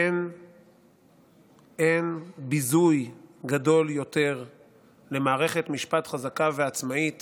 אין ביזוי גדול יותר למערכת משפט חזקה ועצמאית